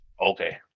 Okay